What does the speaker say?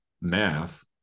math